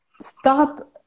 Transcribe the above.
stop